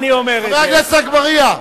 חבר הכנסת אגבאריה.